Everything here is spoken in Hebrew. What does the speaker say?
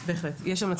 בהחלט, יש המלצות.